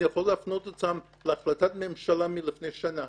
אני יכול להפנות אותו להחלטת ממשלה מלפני שנה,